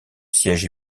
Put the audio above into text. siège